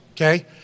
okay